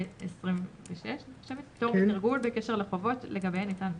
ו-26 פטור מתרגול בקשר לחובות לגביהן ניתן פטור,